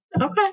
Okay